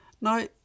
Now